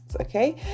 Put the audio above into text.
okay